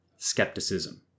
Skepticism